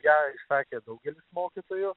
ją išsakė daugelis mokytojų